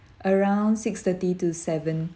around six-thirty to seven